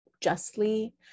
justly